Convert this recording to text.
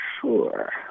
Sure